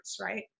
right